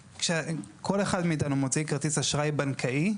כשכל אחד מאתנו מוציא כרטיס אשראי בנקאי,